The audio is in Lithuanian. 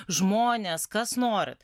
žmonės kas norit